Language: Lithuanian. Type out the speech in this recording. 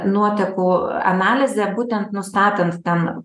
nuotekų analizė būtent nustatant ten